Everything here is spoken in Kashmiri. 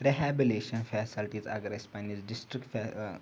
رِہیبلیشَن فیسَلٹیٖز اگر أسۍ پنٛنِس ڈِسٹِرٛک